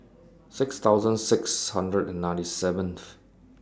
six thousand six hundred and ninety seventh